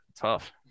Tough